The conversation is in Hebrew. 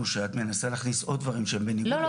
העניין הוא שאת מנסה להכניס עוד דברים שהם בניגוד ל -- לא,